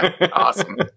Awesome